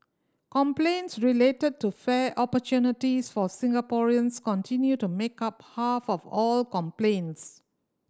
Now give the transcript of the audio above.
complaints related to fair opportunities for Singaporeans continue to make up half of all complaints